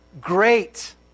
great